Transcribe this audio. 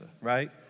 right